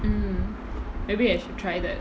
mm maybe I should try that